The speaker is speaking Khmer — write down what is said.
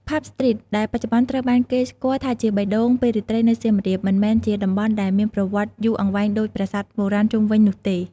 ផាប់ ស្ទ្រីត ដែលបច្ចុប្បន្នត្រូវបានគេស្គាល់ថាជាបេះដូងពេលរាត្រីនៅសៀមរាប មិនមែនជាតំបន់ដែលមានប្រវត្តិយូរអង្វែងដូចប្រាសាទបុរាណជុំវិញនោះទេ។